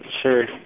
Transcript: sure